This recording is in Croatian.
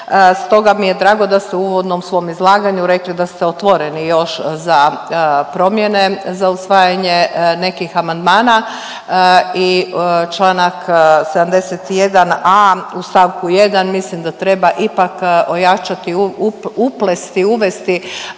Stoga mi je drago da ste u uvodnom svom izlaganju rekli da ste otvoreni još za promjene za usvajanje nekih amandmana i čl. 71.a. u st. 1. mislim da treba ipak ojačati, uplesti, uvesti